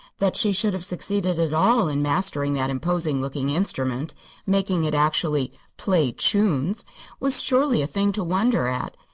that she should have succeeded at all in mastering that imposing looking instrument making it actually play chunes was surely a thing to wonder at.